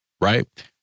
right